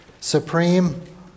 supreme